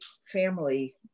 family